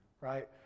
right